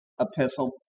epistle